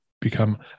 become